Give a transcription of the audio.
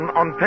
on